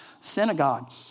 synagogue